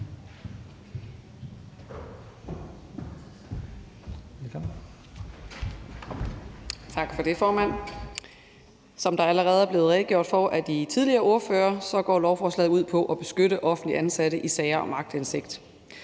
Tak for det, formand. Som der allerede er blevet redegjort for af de tidligere ordførere, går lovforslaget ud på at beskytte offentligt ansatte i sager om aktindsigt.